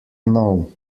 know